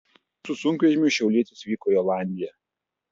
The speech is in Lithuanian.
su sunkvežimiu šiaulietis vyko į olandiją